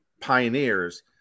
pioneers